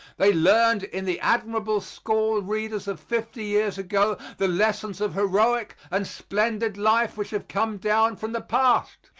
they learned in the admirable school readers of fifty years ago the lessons of heroic and splendid life which have come down from the past.